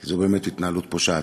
כי זו באמת התנהלות פושעת.